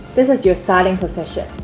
this is your starting position.